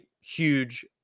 huge